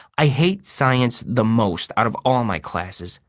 i hate science the most out of all my classes.